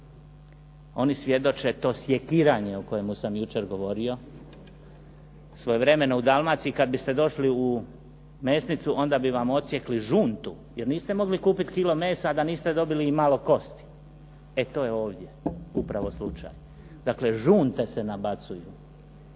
oni svjedoče to sjekiranje o kojemu sam jučer govorio. Svojevremeno u Dalmaciji kad biste došli u mesnicu onda bi vam odsjekli žuntu, jer niste mogli kupiti kilo mesa da niste dobili i malo kosti. E to je ovdje upravo slučaj. Dakle žunte se nabacuju.